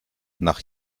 nach